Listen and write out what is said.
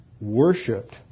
worshipped